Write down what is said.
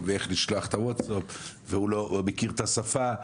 איך לשלוח את ה-ווטסאפ והוא לא מכיר את השפה.